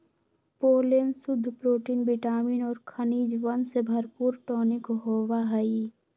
pollen शुद्ध protein vitamin और खनिजवन से भरपूर टॉनिक होबा हई